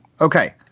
okay